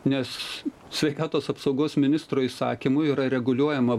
nes sveikatos apsaugos ministro įsakymu yra reguliuojama